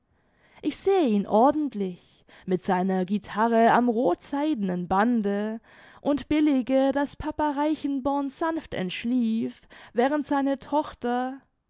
ich sehe ihn ordentlich mit seiner guitare am rothseidenen bande und billige daß papa reichenborn sanft entschlief während seine tochter